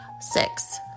six